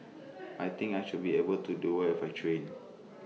I think I should be able to do well if I train